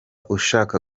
ushaka